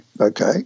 okay